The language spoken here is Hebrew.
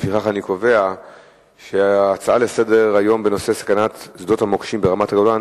לפיכך אני קובע שההצעה לסדר-היום בנושא: סכנת שדות המוקשים ברמת-הגולן,